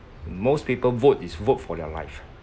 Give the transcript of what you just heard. most people vote is vote for their life